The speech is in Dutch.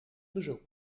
bezoek